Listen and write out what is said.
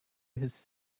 his